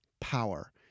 power